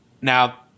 now